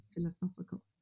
philosophical